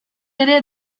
ere